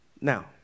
Now